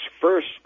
first